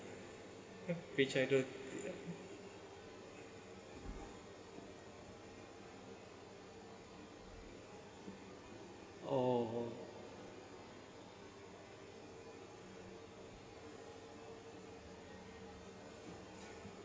which I don't oh